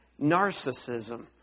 narcissism